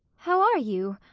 how are you?